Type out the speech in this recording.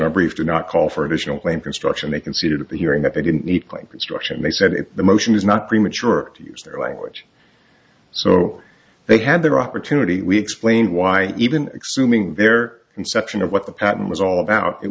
our brief do not call for additional claim construction they consider to be hearing that they didn't need quite construction they said if the motion is not premature to use their language so they had their opportunity we explain why even excluding their conception of what the patent was all about it